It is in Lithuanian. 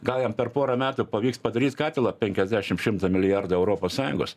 gal jam per pora metų pavyks padaryt katilą penkiasdešim šimtą milijardų europos sąjungos